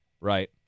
right